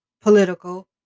political